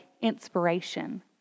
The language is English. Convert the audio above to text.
inspiration